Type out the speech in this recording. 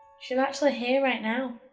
she's actually here right now